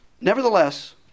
nevertheless